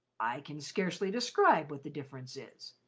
i can scarcely describe what the difference is.